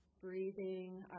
Breathing